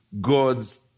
God's